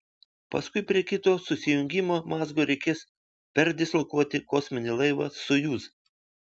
paskui prie kito susijungimo mazgo reikės perdislokuoti kosminį laivą sojuz